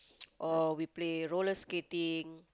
or we play roller skating